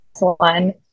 one